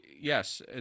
yes